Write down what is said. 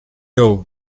ele